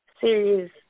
serious